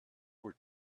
were